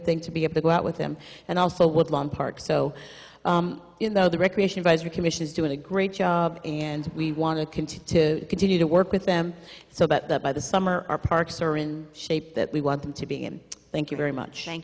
thing to be able to go out with them and also woodland park so you know the recreation vizor commission is doing a great job and we want to continue to continue to work with them so that by the summer our parks are in shape that we want them to be and thank you very much thank